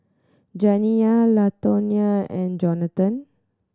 Janiyah Latonya and Jonathon